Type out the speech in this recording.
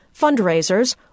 fundraisers